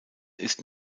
ist